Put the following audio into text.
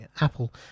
Apple